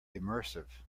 immersive